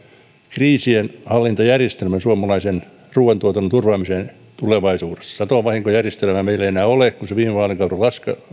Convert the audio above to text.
kriisienhallintajärjestelmän suomalaisen ruoantuotannon turvaamiseen tulevaisuudessa satovahinkojärjestelmää meillä ei enää ole kun se viime vaalikaudella